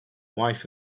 wife